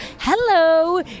Hello